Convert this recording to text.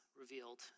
revealed